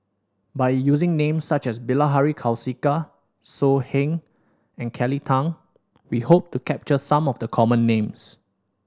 by using names such as Bilahari Kausikan So Heng and Kelly Tang we hope to capture some of the common names